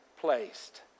placed